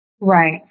Right